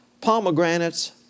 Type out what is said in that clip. pomegranates